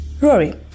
Rory